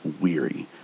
weary